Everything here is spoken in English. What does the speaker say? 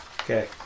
Okay